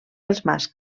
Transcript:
mascles